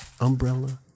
umbrella